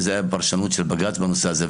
והייתה פרשנות של בג"ץ בנושא הזה.